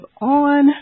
on